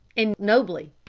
and nobly,